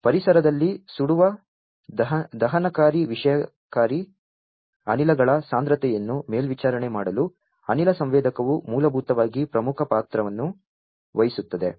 ಪರಿಸರದಲ್ಲಿ ಸುಡುವ ದಹನಕಾರಿ ವಿಷಕಾರಿ ಅನಿಲಗಳ ಸಾಂದ್ರತೆಯನ್ನು ಮೇಲ್ವಿಚಾರಣೆ ಮಾಡಲು ಅನಿಲ ಸಂವೇದಕವು ಮೂಲಭೂತವಾಗಿ ಪ್ರಮುಖ ಪಾತ್ರವನ್ನು ವಹಿಸುತ್ತದೆ